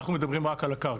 אנחנו מדברים רק על הקרקע.